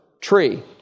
tree